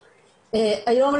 היום,